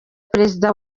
perezida